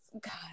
God